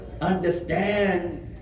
understand